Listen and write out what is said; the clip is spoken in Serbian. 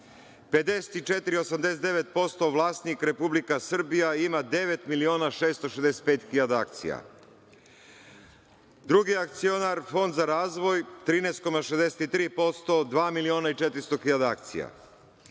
54,89% vlasnik Republika Srbija i ima 9 miliona 665.000 akcija. Drugi akcionar Fond za razvoj 13,63%, 2 miliona i 400.000 akcija.